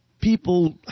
People